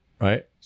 right